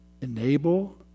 Enable